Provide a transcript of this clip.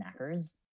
snackers